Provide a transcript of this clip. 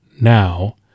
now